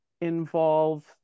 involve